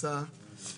התייחסה,